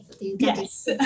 Yes